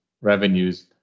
revenues